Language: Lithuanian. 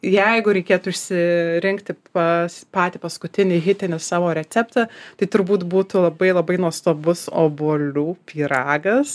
jeigu reikėtų išsirinkti pas patį paskutinį hitinį savo receptą tai turbūt būtų labai labai nuostabus obuolių pyragas